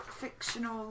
fictional